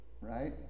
Right